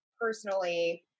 personally